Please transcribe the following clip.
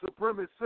supremacist